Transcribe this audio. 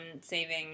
saving